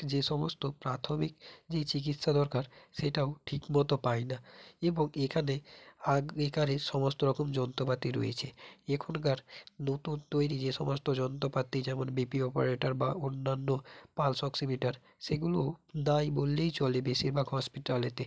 যে সমস্ত প্রাথমিক যেই চিকিৎসা দরকার সেটাও ঠিকমতো পায় না এবং এখানে আগেকার সমস্ত রকম যন্ত্রপাতি রয়েছে এখনকার নতুন তৈরি যে সমস্ত যন্ত্রপাতি যেমন বিপি অপারেটর বা অন্যান্য পালস অক্সিমিটার সেগুলোও নেই বললেই চলে বেশিরভাগ হসপিটালেতে